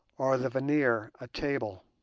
or the veneer a table.